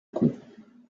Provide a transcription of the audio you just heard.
cou